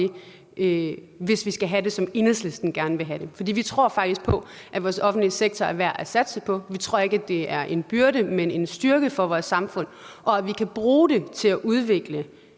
hvis vi skal have det sådan, som Enhedslisten gerne vil have det. For vi tror faktisk på, at vores offentlige sektor er værd at satse på. Vi tror ikke, at det er en byrde, men en styrke for vores samfund, og vi tror, at vi kan bruge det til at udvikle